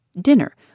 Dinner